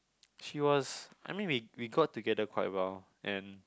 she was I mean we we got together quite well and